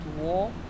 war